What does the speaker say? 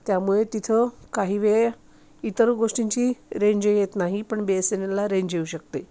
त्यामुळे तिथं काही वेळ इतर गोष्टींची रेंज येत नाही पण बी एस एन एलला रेंज येऊ शकते